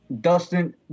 Dustin